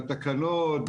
בתקנות,